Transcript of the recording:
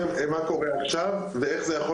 אז אני אסביר מה קורה עכשיו ואיך זה יכול